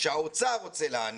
שהאוצר רוצה להניב.